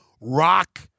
rock